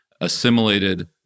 assimilated